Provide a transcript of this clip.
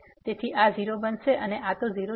તેથી આ 0 બનશે અને આ 0 છે